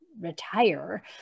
retire